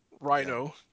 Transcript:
Rhino